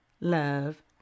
love